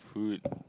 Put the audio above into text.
food